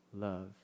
love